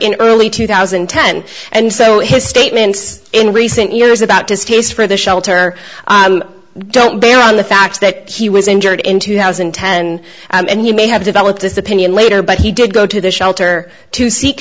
in early two thousand and ten and so his statements in recent years about this case for the shelter don't bear on the fact that he was injured in two thousand and ten and he may have developed this opinion later but he did go to the shelter to seek